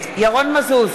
ירון מזוז,